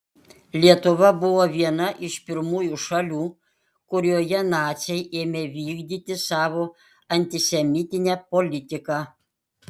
lietuva buvo viena iš pirmųjų šalių kurioje naciai ėmė vykdyti savo antisemitinę politiką